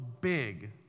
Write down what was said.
big